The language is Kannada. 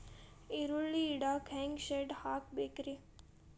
ಈರುಳ್ಳಿ ಇಡಾಕ ಹ್ಯಾಂಗ ಶೆಡ್ ಮಾಡಬೇಕ್ರೇ?